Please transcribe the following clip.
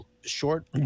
short